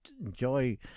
enjoy